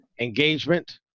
engagement